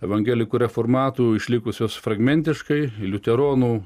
evangelikų reformatų išlikusios fragmentiškai liuteronų